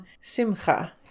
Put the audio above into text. Simcha